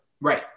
Right